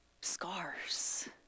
scars